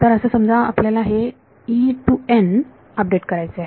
तर असं समजा आपल्याला हे अपडेट करायचे आहे